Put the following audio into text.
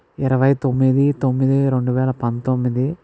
ఇరవైతొమ్మిది తొమ్మిది రెండు వేల పంతొమ్మిది